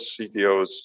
CTOs